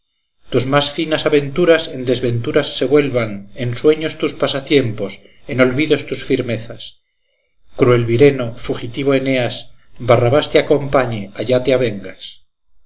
tus más finas aventuras en desventuras se vuelvan en sueños tus pasatiempos en olvidos tus firmezas cruel vireno fugitivo eneas barrabás te acompañe allá te avengas